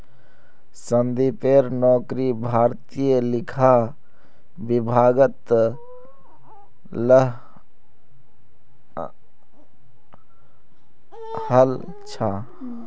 संदीपेर नौकरी भारतीय लेखा विभागत हल छ